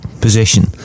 position